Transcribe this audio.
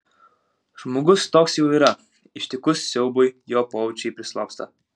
žmogus toks jau yra ištikus siaubui jo pojūčiai prislopsta